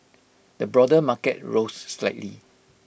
the broader market rose slightly